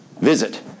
Visit